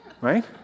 right